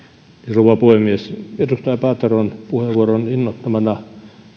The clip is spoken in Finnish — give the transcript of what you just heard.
rouva puhemies edustaja paateron puheenvuoron innoittamana